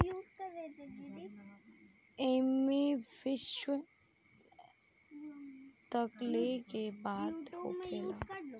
एईमे विश्व तक लेके बात होखेला